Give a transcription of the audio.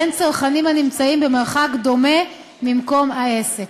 בין צרכנים הנמצאים במרחק דומה ממקום העסק.